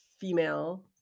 female